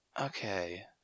Okay